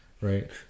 right